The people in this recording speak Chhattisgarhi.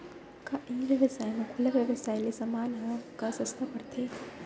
का ई व्यवसाय म खुला व्यवसाय ले समान ह का सस्ता पढ़थे?